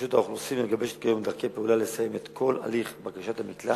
רשות האוכלוסין מגבשת היום דרכי פעולה לסיים את כל הליך בקשת המקלט.